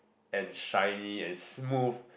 and shiny and smooth